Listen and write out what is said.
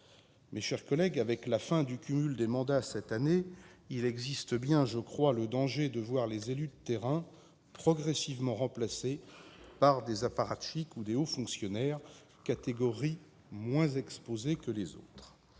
Mes chers collègues, avec la fin du cumul des mandats cette année, il existe bien un danger de voir les élus de terrain progressivement remplacés par des apparatchiks ou des hauts fonctionnaires, catégories moins exposées que les autres.